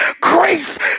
grace